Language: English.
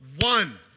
one